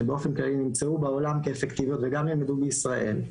שבאופן כללי נמצאו בעולם כאפקטיביות וגם נלמדו בישראל,